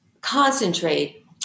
concentrate